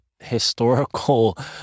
historical